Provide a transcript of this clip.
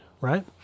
right